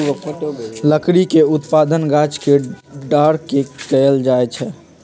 लकड़ी के उत्पादन गाछ के डार के कएल जाइ छइ